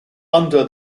under